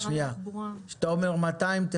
כשאתה אומר 200, תפרק,